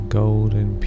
golden